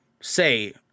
say